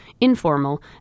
Informal